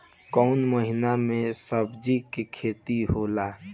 कोउन महीना में सब्जि के खेती होला?